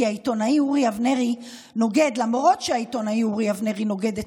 כי למרות שהעיתונאי אורי אבנרי נוגד את